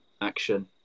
action